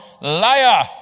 Liar